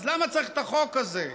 אז למה צריך את החוק הזה,